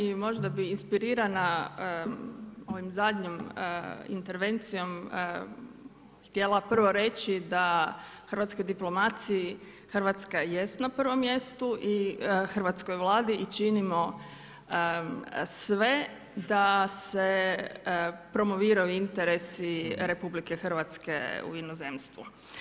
I možda bi inspirirana ovim zadnjom intervencijom bi htjela prvo reći da hrvatskoj diplomaciji Hrvatska jest na prvom mjestu i hrvatskoj Vladi i činimo sve da se promoviraju interesi RH u inozemstvu.